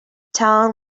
town